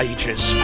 Ages